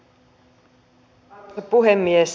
arvoisa puhemies